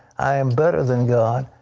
i am better than god.